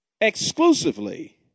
exclusively